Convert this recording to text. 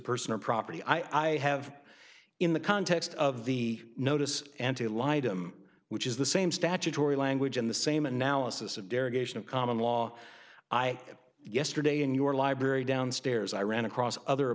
personal property i have in the context of the notice and to lie to him which is the same statutory language in the same analysis of derogation of common law i yesterday in your library downstairs i ran across other